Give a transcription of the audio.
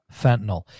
fentanyl